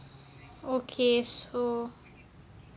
okay so